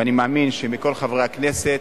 ואני מאמין שכל חבר כנסת,